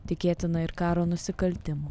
tikėtina ir karo nusikaltimų